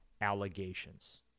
allegations